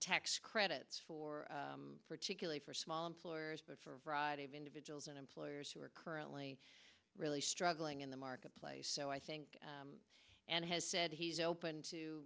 tax credits for particularly for small employers but for a variety of individuals and employers who are currently really struggling in the marketplace so i think and has said he's open to